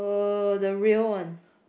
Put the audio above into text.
uh the real one